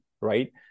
right